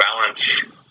balance